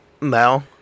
No